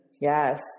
Yes